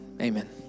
Amen